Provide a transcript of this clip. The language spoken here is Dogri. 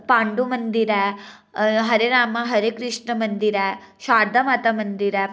पांडु मंदिर ऐ हरे रामा हरे कृष्णा मंदिर ऐ शारदा माता मंदिर ऐ